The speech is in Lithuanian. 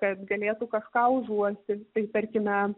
kad galėtų kažką užuosti tai tarkime